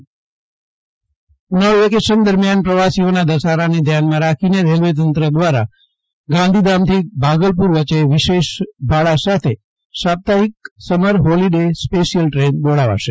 Jaydip Vaishnav Gandhidham Bhagalpur train ઉનાળુ vacation દરમિયાન પ્રવાસીઓના ધસારાને ધ્યાનમાં રાખીને રેલવે તંત્ર દ્વારા ગાંધીધામથી ભાગલપુર વચ્ચે વિશેષ ભાડા સાથે સાપ્તાહિક સમર હોલિડે સ્પેશિયલ ટ્રેન દોડાવાશે